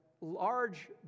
large